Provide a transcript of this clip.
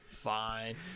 Fine